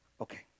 Okay